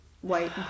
white